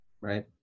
right